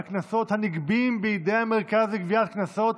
קנסות הנגבים בידי המרכז לגביית קנסות,